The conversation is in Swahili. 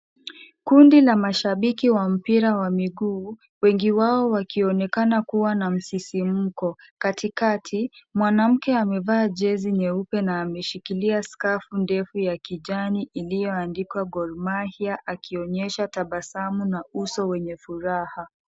Kundi la mashabiki wa mpira wa miguu wengi wao wakionekana kuwa na msisimko. Katikati mwanamke amevaa jezi nyeupe na ameshikilia skafu ndefu ya kijani iliyoandikwa Gor Mahia akionyesha tabasamu na uso wenye furaha.